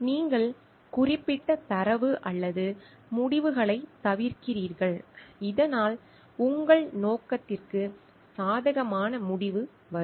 நீங்கள் குறிப்பிட்ட தரவு அல்லது முடிவுகளைத் தவிர்க்கிறீர்கள் இதனால் உங்கள் நோக்கத்திற்கு சாதகமான முடிவு வரும்